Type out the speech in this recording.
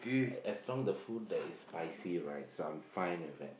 as long as the food that is spicy right so I'm fine with it